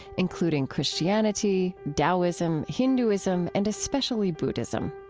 including christianity, taoism, hinduism, and especially buddhism.